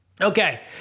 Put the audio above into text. Okay